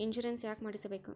Insurance ಯಾಕ್ ಮಾಡಿಸಬೇಕು?